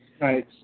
Right